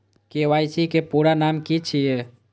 KYC के पूरा नाम की छिय?